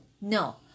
No